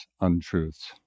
untruths